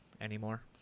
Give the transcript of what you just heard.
anymore